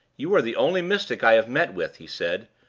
you are the only mystic i have met with, he said,